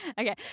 Okay